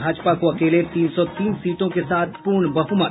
भाजपा को अकेले तीन सौ तीन सीटों के साथ पूर्ण बहुमत